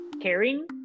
caring